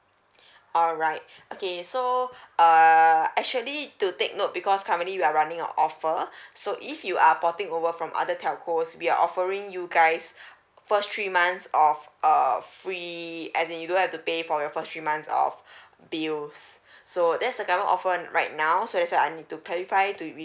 alright okay so uh actually to take note because currently we are running an offer so if you are porting over from other telco we are offering you guys first three months of err free as in you don't have to pay for your first three months of bills so there's the current offer right now so that's why I need to clarify to with